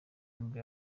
nibwo